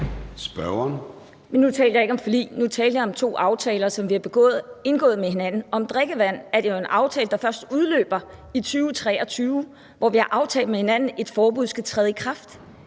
Dyhr (SF): Nu talte jeg ikke om forlig. Nu talte jeg om to aftaler, som vi har indgået med hinanden. Med hensyn til drikkevand er det jo en aftale, der først udløber i 2023, og hvor vi har aftalt med hinanden, at et forbud skal træde i kraft